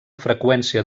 freqüència